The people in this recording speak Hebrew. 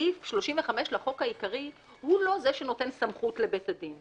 סעיף 35 לחוק העיקרי הוא לא זה שנותן סמכות לבית הדין.